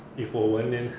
if 我问 then